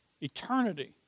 Eternity